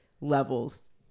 levels